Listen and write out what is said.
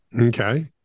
Okay